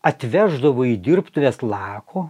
atveždavo į dirbtuves lako